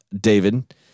David